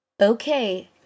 Okay